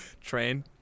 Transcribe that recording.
Train